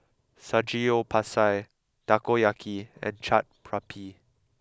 Samgeyopsal Takoyaki and Chaat Papri